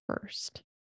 first